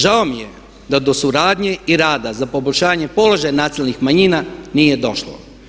Žao mi je da do suradnje i rada za poboljšanje položaja nacionalnih manjina nije došlo.